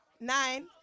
nine